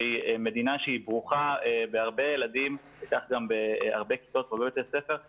שהיא מדינה שברוכה בהרבה ילדים וכך גם בהרבה כיתות בבתי ספר,